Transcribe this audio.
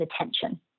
attention